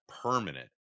permanent